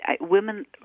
women